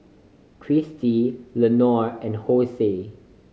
Christi Leonor and Hosie